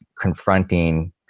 confronting